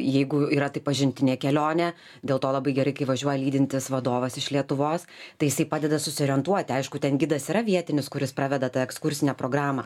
jeigu yra tai pažintinė kelionė dėl to labai gerai kai važiuoja lydintis vadovas iš lietuvos tai jisai padeda susiorientuoti aišku ten gidas yra vietinis kuris praveda tą ekskursinę programą